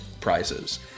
prizes